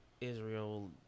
Israel